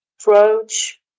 approach